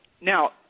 now